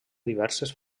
diverses